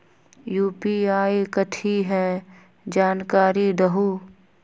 UPI कथी है? जानकारी दहु